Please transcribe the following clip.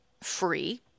free